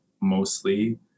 mostly